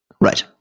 right